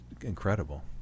incredible